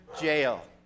jail